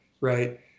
right